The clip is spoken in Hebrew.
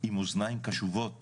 עם אוזניים קשובות